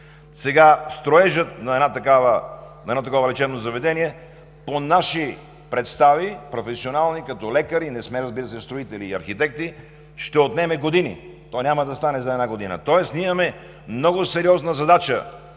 Сега строежът на едно такова лечебно заведение, по наши професионални представи като лекари, не сме, разбира се, строители и архитекти, ще отнеме години. То няма да стане за една година, тоест ние имаме да вършим много сериозна задача